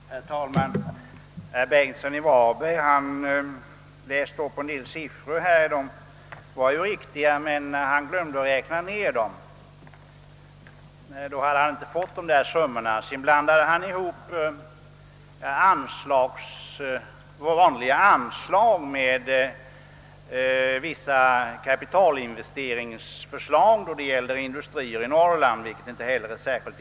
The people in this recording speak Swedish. Herr talman! Herr Bengtsson i Var berg läste upp en del siffror. De var riktiga, men han hade glömt att räkna ned dem. Om han hade gjort det hade han inte kommit fram till den summa han nämnde, Vidare blandade han ihop vanliga anslag med kapitalinvesteringsförslag beträffande industrier i Norrland, vilket inte heller är riktigt.